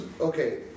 Okay